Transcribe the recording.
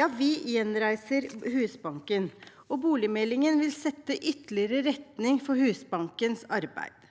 Ja, vi gjenreiser Husbanken, og boligmeldingen vil sette ytterligere retning for Husbankens arbeid.